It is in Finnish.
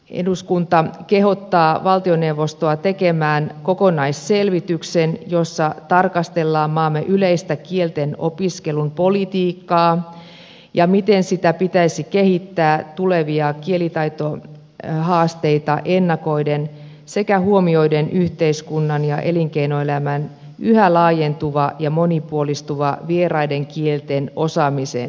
eduskunta edellyttää että hallitus laatii kokonaisselvityksen jossa tarkastellaan maamme yleistä kielten opiskelun politiikkaa ja miten sitä pitäisi kehittää tulevia kielitaitohaasteita ennakoiden sekä huomioiden yhteiskunnan ja elinkeinoelämän yhä laajentuva ja monipuolistuva vieraiden kielten osaamisen tarve